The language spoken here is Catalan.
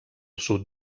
sud